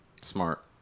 Smart